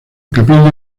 capilla